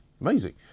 amazing